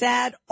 Sad